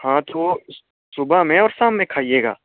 हाँ तो सुबह में और शाम में खाइएगा